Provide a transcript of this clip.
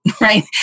right